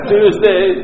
Tuesday